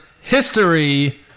history